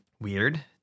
Weird